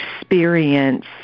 experience